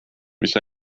mis